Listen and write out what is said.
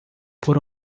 por